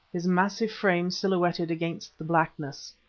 his massive frame silhouetted against the blackness.